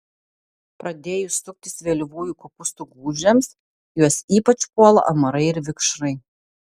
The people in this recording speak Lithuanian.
pradėjus suktis vėlyvųjų kopūstų gūžėms juos ypač puola amarai ir vikšrai